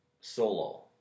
solo